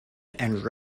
and